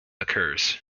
occurs